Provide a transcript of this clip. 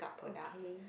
okay